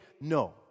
no